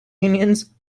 unions